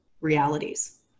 realities